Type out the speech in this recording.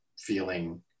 feeling